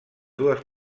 dues